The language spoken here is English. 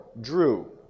drew